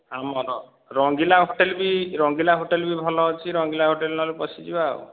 ଆମର ରଙ୍ଗିଲା ହୋଟେଲ୍ ବି ରଙ୍ଗିଲା ହୋଟେଲ୍ ବି ଭଲ ଅଛି ରଙ୍ଗିଲା ହୋଟେଲ୍ ନହେଲେ ପଶିଯିବା ଆଉ